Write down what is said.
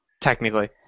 technically